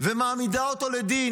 ומעמידה אותו לדין.